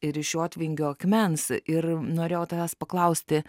ir iš jotvingių akmens ir norėjau tavęs paklausti